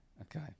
okay